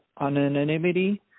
anonymity